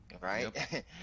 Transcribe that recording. right